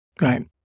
Right